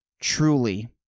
truly